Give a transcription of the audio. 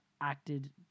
acted